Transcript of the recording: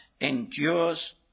endures